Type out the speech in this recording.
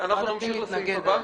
אנחנו נמשיך לסעיף הבא.